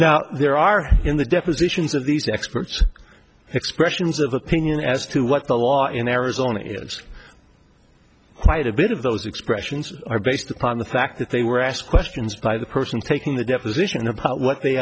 now there are in the depositions of these experts expressions of opinion as to what the law in arizona quite a bit of those expressions are based upon the fact that they were asked questions by the person taking the deposition about what they